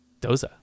Doza